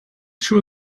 sure